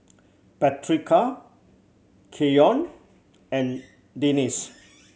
Patrica Keion and Denisse